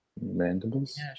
mandibles